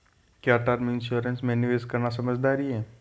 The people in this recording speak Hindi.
क्या टर्म इंश्योरेंस में निवेश करना समझदारी है?